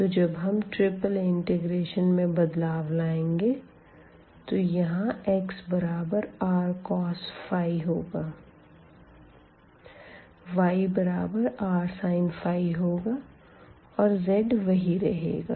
तो जब हम ट्रिपल इंटेग्रेशन में बदलाव लाएंगे तो यहाँ xबराबर rcos होगा y बराबर rsin होगा और z वही रहेगा